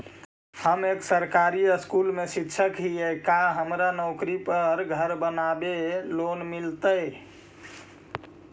हम एक सरकारी स्कूल में शिक्षक हियै का हमरा नौकरी पर घर बनाबे लोन मिल जितै?